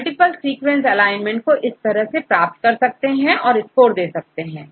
multiple sequence alignment को इस तरह प्राप्त कर सकते हैं और स्कोर दे सकते हैं